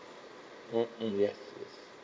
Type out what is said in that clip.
mm mm yes yes